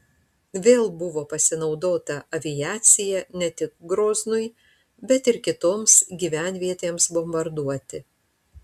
vėl buvo pasinaudota aviacija ne tik groznui bet ir kitoms gyvenvietėms bombarduoti